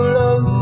love